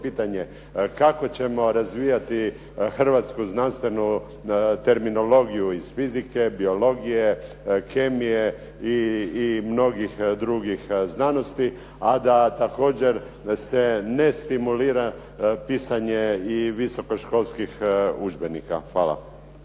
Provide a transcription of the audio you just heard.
pitanje. Kako ćemo razvijati hrvatsku znanstvenu terminologiju iz fizike, biologije, kemije i mnogih drugih znanosti, a da također se nestimulira pisanje visoko školskih udžbenika? Hvala.